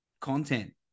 content